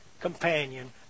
companion